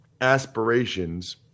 aspirations